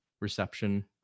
reception